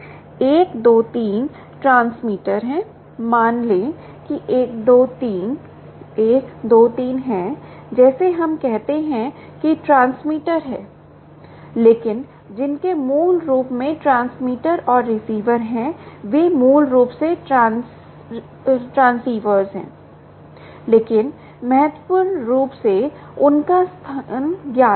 1 2 3 transmitter हैं मान लें कि 1 2 3 1 2 3 हैं जैसे हम कहते हैं कि ट्रांसमीटर हैं लेकिन जिनके मूल रूप से ट्रांसमीटर और रिसीवर हैं वे मूल रूप से ट्रांसीवर हैं लेकिन महत्वपूर्ण रूप से उनका स्थान ज्ञात है